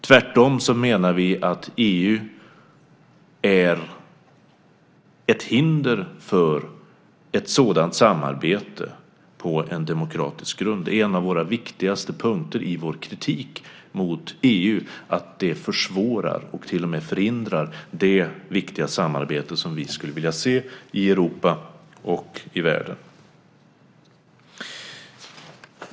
Tvärtom menar vi att EU är ett hinder för ett sådant samarbete på en demokratisk grund. Det är en av våra viktigaste punkter i vår kritik mot EU; EU försvårar och till och med förhindrar det viktiga samarbete som vi skulle vilja se i Europa och i världen.